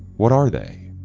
what are they?